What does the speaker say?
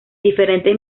diferentes